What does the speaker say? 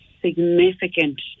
significant